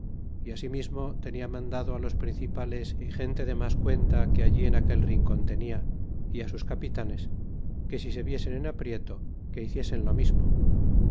y asimismo tenia mandado los principales y gente de mas cuenta que allí en aquel rincon tenia y á sus capitanes que si se viesen en aprieto que hiciesen lo mismo